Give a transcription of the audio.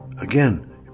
Again